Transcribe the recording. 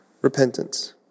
repentance